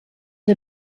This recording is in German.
der